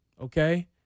okay